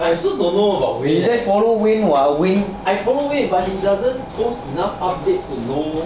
I also don't know about wayne I follow wayne but he doesn't post enough updates you know